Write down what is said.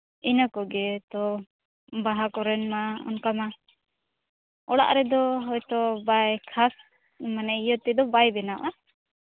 ᱤᱱᱟᱹ ᱠᱚᱜᱮ ᱛᱚ ᱵᱟᱦᱟ ᱠᱚᱨᱮᱱ ᱢᱟ ᱚᱱᱠᱟ ᱢᱟ ᱚᱲᱟᱜ ᱨᱮᱫᱚ ᱦᱳᱭᱛᱳ ᱵᱟᱭ ᱠᱷᱟᱥ ᱢᱟᱱᱮ ᱤᱭᱟᱹ ᱛᱮᱫᱚ ᱵᱟᱭ ᱵᱮᱱᱟᱣᱚᱜᱼᱟ